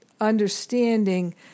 understanding